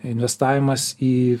investavimas į